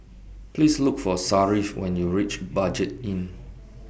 Please Look For Sharif when YOU REACH Budget Inn